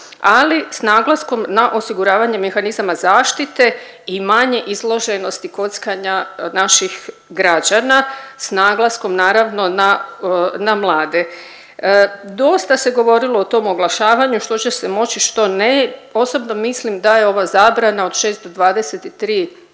ali s naglaskom na osiguravanje mehanizama zaštite i manje izloženosti kockanja naših građana s naglaskom naravno na, na mlade. Dosta se govorilo o tom oglašavanju, što će se moći, što ne. Osobno mislim da je ova zabrana od 6-23